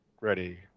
ready